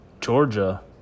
Georgia